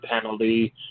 penalty